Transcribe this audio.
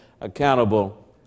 accountable